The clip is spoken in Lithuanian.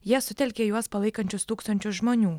jie sutelkė juos palaikančius tūkstančius žmonių